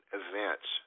events